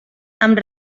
amb